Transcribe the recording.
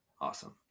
awesome